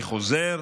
אני חוזר,